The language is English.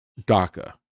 DACA